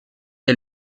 est